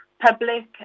Public